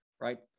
right